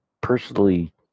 personally